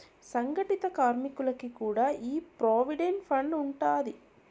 సంగటిత కార్మికులకి కూడా ఈ ప్రోవిడెంట్ ఫండ్ ఉండాది